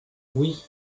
oui